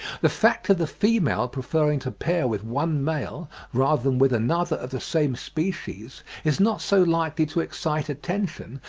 the fact of the female preferring to pair with one male rather than with another of the same species is not so likely to excite attention,